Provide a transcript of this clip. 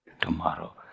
Tomorrow